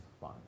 fun